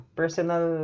personal